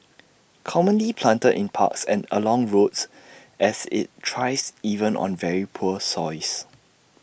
commonly planted in parks and along roads as IT tries even on very poor soils